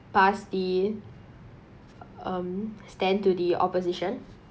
pass the um stand to the opposition